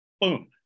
Boom